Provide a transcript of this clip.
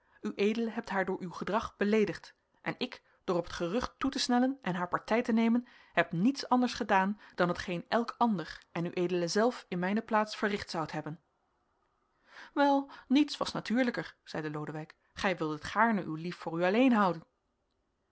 ued hebt haar door uw gedrag beleedigd en ik door op het gerucht toe te snellen en haar partij te nemen heb niets anders gedaan dan hetgeen elk ander en ued zelf in mijne plaats verricht zoudt hebben wel niets was natuurlijker zeide lodewijk gij wildet gaarne uw lief voor u alleen houden